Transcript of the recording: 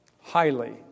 Highly